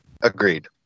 Agreed